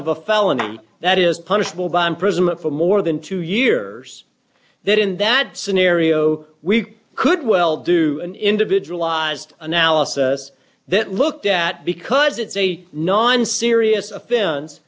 of a felony that is punishable by imprisonment for more than two years that in that scenario we could well do individualized analysis that looked at because it's a non serious offense